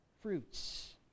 fruits